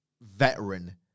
veteran